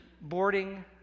boarding